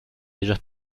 ellos